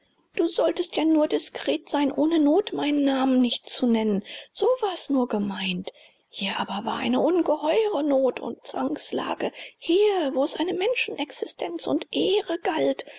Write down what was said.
du solltest ja nur diskret sein ohne not meinen namen nicht nennen so war's nur gemeint hier aber war eine ungeheure not und zwangslage hier wo es eine menschenexistenz und ehre galt